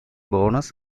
bonus